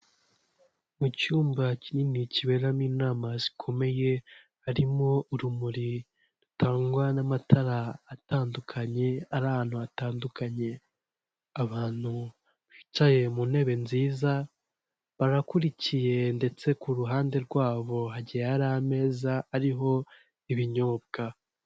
Mu cyumba kinini kiberamo inama zikomeye, harimo urumuri rutangwa n'amatara atandukanye ari ahantu hatandukanye, abantu bicaye mu ntebe nziza barakurikiye ndetse ku ruhande rwabo hagiye hari ameza ariho ibinyobwa.